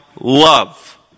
love